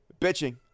bitching